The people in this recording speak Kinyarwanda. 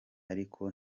ariko